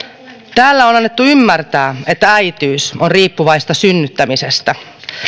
täällä on annettu ymmärtää että äitiys on riippuvaista synnyttämisestä